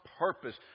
purpose